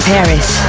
Paris